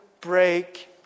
break